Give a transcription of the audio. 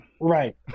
Right